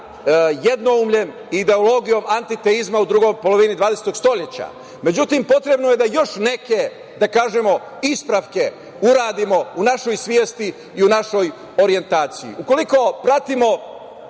jednoumljem, ideologijom antiteizma u drugoj polovini 20. stoleća.Međutim, potrebno je još neke ispravke da uradimo u našoj svesti i u našoj orijentaciji. Ukoliko pratimo